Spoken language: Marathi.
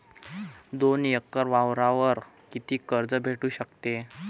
दोन एकर वावरावर कितीक कर्ज भेटू शकते?